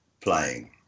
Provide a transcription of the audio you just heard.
playing